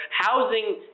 housing